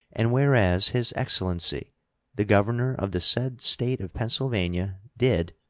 and whereas his excellency the governor of the said state of pennsylvania did,